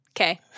Okay